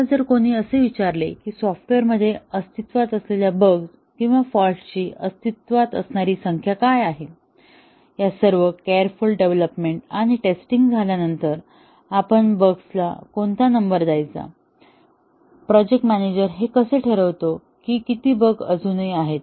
आता जर कोणी असे विचारले की सॉफ्टवेअरमध्ये अस्तित्वात असलेल्या बग्स किंवा फॉल्टस ची अस्तित्वात असणारी संख्या काय आहे या सर्व केरफूल डेव्हलोपमेंट आणि टेस्टिंग झाल्यानंतर आपण बग्स ला कोणता नंबर द्यायचा प्रोजेक्ट मॅनेजर हे कसे ठरवतो की किती बग अजूनही आहेत